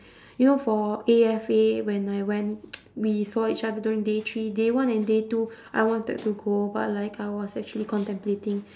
you know for A_F_A when I went we saw each other during day three day one and day two I wanted to go but like I was actually contemplating